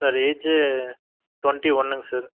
sir AG twenty ஒன்றுங்க sir